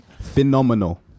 Phenomenal